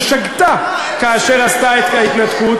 ושגתה כאשר עשתה את ההתנתקות,